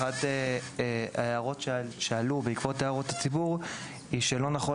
אחת ההערות שעלתה בעקבות הערות הציבור הייתה שלא נכון